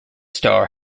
star